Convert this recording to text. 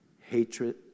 hatred